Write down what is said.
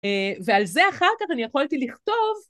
ועל זה אחר כך אני יכולתי לכתוב...